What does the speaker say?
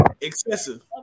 Excessive